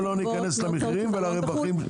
בואי לא ניכנס למחירים ולרווחים.